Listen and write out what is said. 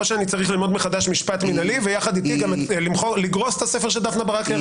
או שאני צריך ללמוד מחדש משפט מינהלי ולגרוס את הספר של דפנה ברק ארז.